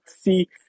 see